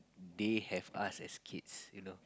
they have us as kids you know